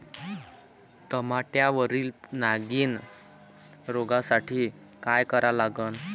टमाट्यावरील नागीण रोगसाठी काय करा लागन?